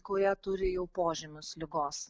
kurie turi jau požymius ligos